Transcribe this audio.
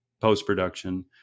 post-production